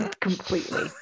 completely